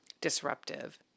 disruptive